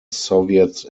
soviets